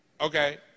okay